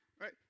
Right